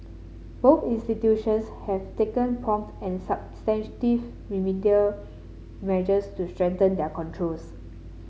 both institutions have taken prompt and substantive remedial measures to strengthen their controls